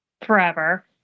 forever